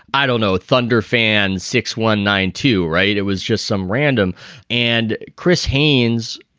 i don't know. thunder fan six one nine two. right. it was just some random and chris heinz,